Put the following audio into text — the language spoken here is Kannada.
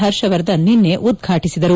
ಹರ್ಷವರ್ಧನ್ ನಿನ್ನೆ ಉದ್ವಾಟಿಸಿದರು